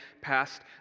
past